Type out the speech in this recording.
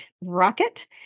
Rocket